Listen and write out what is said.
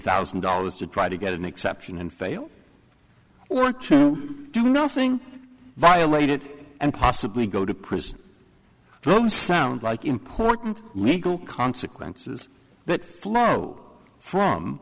thousand dollars to try to get an exception and fail or to do nothing violate it and possibly go to prison don't sound like important legal consequences that flow from